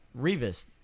Revis